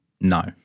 no